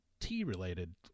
tea-related